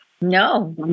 No